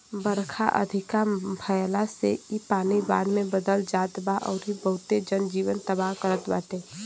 बरखा अधिका भयला से इ पानी बाढ़ में बदल जात बा अउरी बहुते जन जीवन तबाह करत बाटे